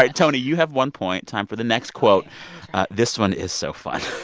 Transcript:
like tony. you have one point. time for the next quote this one is so fun.